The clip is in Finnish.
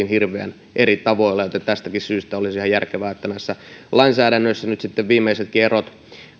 hirveän eri tavoilla joten tästäkin syystä olisi ihan järkevää että näissä lainsäädännöissä nyt sitten viimeisetkin erot